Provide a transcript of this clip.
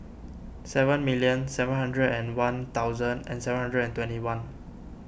seven million seven hundred and one thousand and seven hundred and twenty one